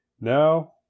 Now